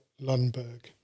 lundberg